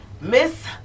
Miss